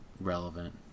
relevant